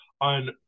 on